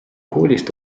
koolist